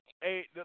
Hey